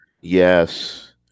Yes